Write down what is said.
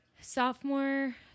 Sophomore